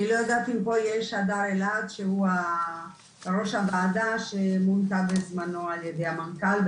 אני לא יודעת אם פה יש את ראש הוועדה שמונתה בזמנו על ידי המנכ"ל,